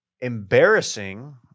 embarrassing